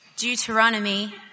Deuteronomy